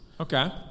okay